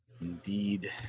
Indeed